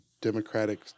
democratic